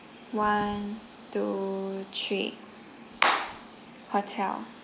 one two three hotel